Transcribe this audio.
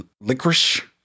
licorice